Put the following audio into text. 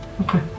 Okay